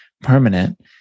permanent